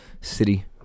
city